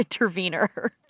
intervener